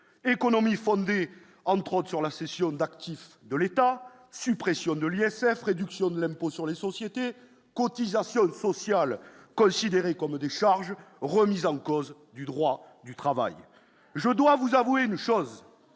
économie fondée entre autres sur la cession d'actifs de l'État, suppression de l'ISF, réduction de l'impôt sur les sociétés, cotisations sociales Kohl sidéré comme décharge remise en cause du droit du travail, je dois vous avouer ne chose